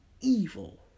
evil